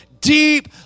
deep